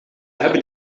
hebben